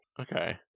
Okay